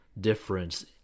difference